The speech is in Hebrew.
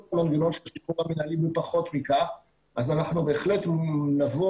מנגנון השחרור המנהלי בפחות מכך אז אנחנו בהחלט נבוא